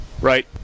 right